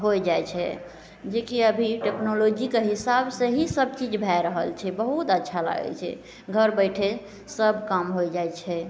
हो जाइ छै जेकि अभी टेक्नोलॉजीके हिसाबसे ही सबचीज भए रहल छै बहुत अच्छा लागै छै घर बैठे सब काम हो जाइ छै